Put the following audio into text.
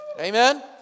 Amen